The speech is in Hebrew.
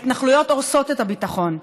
ההתנחלויות הורסות את הביטחון.